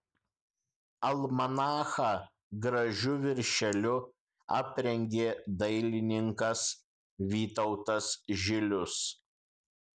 almanachą gražiu viršeliu aprengė dailininkas vytautas žilius